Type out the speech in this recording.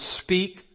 speak